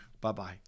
Bye-bye